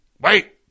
Wait